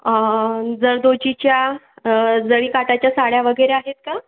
अं जरदोसीच्या जरी काठाच्या साड्या वगेरे आहेत का